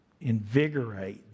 invigorate